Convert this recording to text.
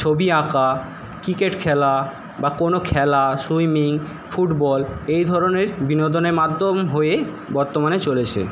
ছবি আঁকা ক্রিকেট খেলা বা কোনো খেলা সুইমিং ফুটবল এই ধরনের বিনোদনের মাধ্যম হয়ে বর্তমানে চলেছে